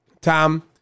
Tom